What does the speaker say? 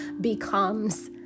becomes